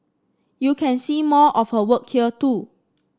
you can see more of her work here too